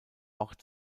ort